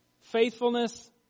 Faithfulness